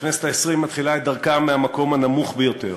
הכנסת העשרים מתחילה את דרכה מהמקום הנמוך ביותר.